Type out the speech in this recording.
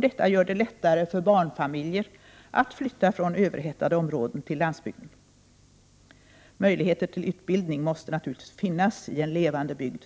Detta gör det lättare för barnfamiljer att flytta från överhettade områden till landsbygden. Möjligheter till utbildning måste naturligtvis finnas i en levande bygd.